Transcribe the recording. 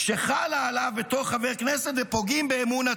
שחלה עליו בתור חבר כנסת ופוגעים באמון הציבור".